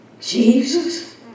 Jesus